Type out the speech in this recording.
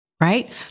right